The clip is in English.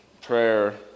prayer